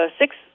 six-